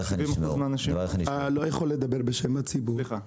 אתה לא יכול לדבר בשם הציבור.